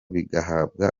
bigahabwa